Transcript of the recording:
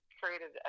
created